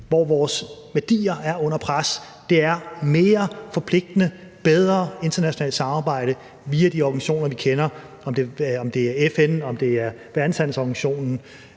hvor vores værdier er under pres, et mere forpligtende og bedre internationalt samarbejde via de organisationer, vi kender – om det er FN, Verdenshandelsorganisationen